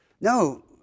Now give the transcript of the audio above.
No